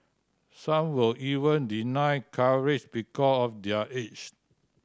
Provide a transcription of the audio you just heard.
some were even denied coverage because of their age